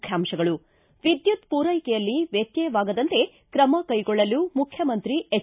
ಮುಖ್ಯಾಂತಗಳು ಿ ವಿದ್ಯುತ್ ಪೂರೈಕೆಯಲ್ಲಿ ವ್ಯತ್ಯವಾಗದಂತೆ ಕ್ರಮ ಕೈಗೊಳ್ಳಲು ಮುಖ್ಯಮಂತ್ರಿ ಎಚ್